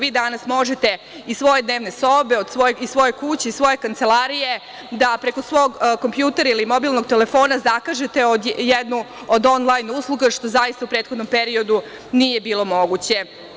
Vi danas možete iz svoje dnevne sobe, iz svoje kuće, iz svoje kancelarije da preko svog kompjutera ili mobilnog telefona zakažete jednu od on-lajn usluga, što zaista u prethodnom periodu nije bilo moguće.